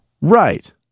Right